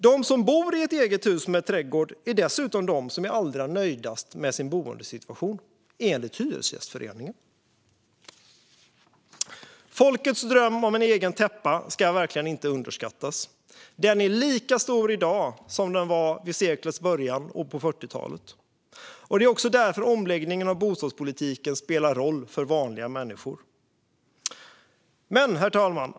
De som bor i ett eget hus med trädgård är dessutom de som är allra nöjdast med sin boendesituation, enligt Hyresgästföreningen. Folkets dröm om en egen täppa ska verkligen inte underskattas. Den är lika stor i dag som den var vid seklets början och på 40-talet. Det är också därför omläggningen av bostadspolitiken spelar roll för vanliga människor. Herr talman!